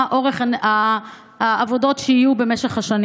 יהיה אורך העבודות שיהיו במשך השנים?